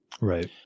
Right